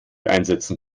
einsetzen